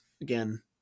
again